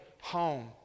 home